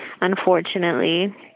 unfortunately